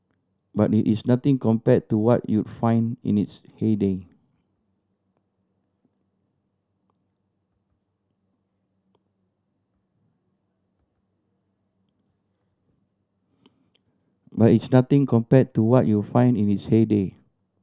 but it is nothing compare to what you find in its heyday but it's nothing compare to what you find in its heyday